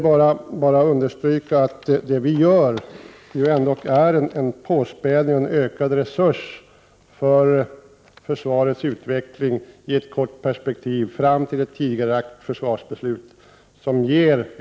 Jag vill understryka att det vi gör ändock innebär en påspädning av ökade resurser till försvarsutveckling i ett kortsiktigt perspektiv fram till ett tidigarelagt försvarsbeslut.